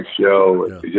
show